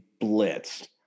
blitzed